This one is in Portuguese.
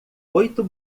oito